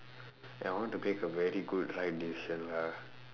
and I want to pick a very good right decision lah